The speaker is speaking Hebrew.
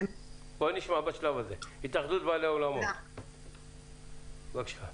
התאחדות בעלי האולמות, בבקשה.